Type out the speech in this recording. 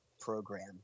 program